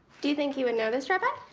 do you think he would know this rabbi?